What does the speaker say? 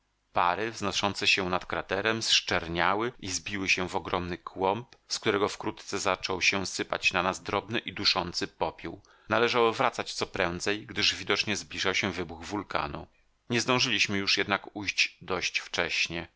pary wznoszące się nad kraterem zczerniały i zbiły się w ogromny kłąb z którego wkrótce zaczął się sypać na nas drobny i duszący popiół należało wracać co prędzej gdyż widocznie zbliżał się wybuch wulkanu nie zdążyliśmy już jednakże ujść dość wcześnie